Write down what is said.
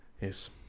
Yes